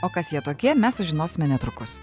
o kas jie tokie mes sužinosime netrukus